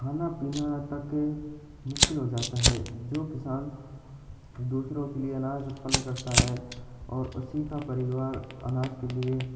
खाना पीना तक मुश्किल हो जाता है जो किसान दूसरों के लिए अनाज उत्पन्न करता है और उसी का परिवार अनाज के लिए